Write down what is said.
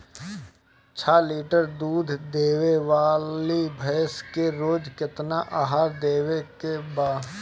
छह लीटर दूध देवे वाली भैंस के रोज केतना आहार देवे के बा?